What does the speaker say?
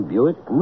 Buick